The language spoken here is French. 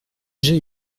j’ai